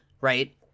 right